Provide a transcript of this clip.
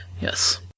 yes